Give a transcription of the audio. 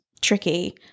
tricky